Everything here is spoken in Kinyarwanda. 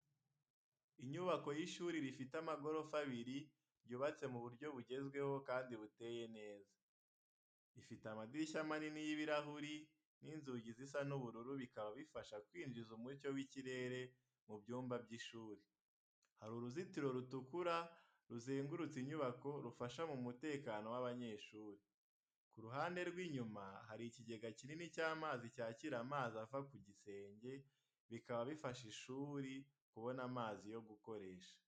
Inyubako y’ishuri rifite amagorofa abiri, ryubatse mu buryo bugezweho kandi buteye neza. Ifite amadirishya manini y'ibirahuri n'inzugi zisa n'ubururu bikaba bifasha kwinjiza umucyo w’ikirere mu byumba by’ishuri. Hari uruzitiro rutukura ruzengurutse inyubako rufasha mu mutekano w'abanyeshuri. Ku ruhande rw’inyuma, hari ikigega kinini cy’amazi cyakira amazi ava ku gisenge, bikaba bifasha ishuri kubona amazi yo gukoresha.